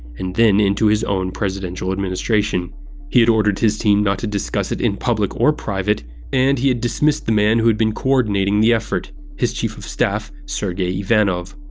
and then into his own presidential administration he had ordered his team not to discuss it in public or private and he had dismissed the man who had been leading the effort his chief of staff sergei ivanov.